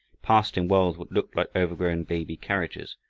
past him whirled what looked like overgrown baby carriages,